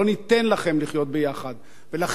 ולכן עירבו בעניין הזה גם את האולפנה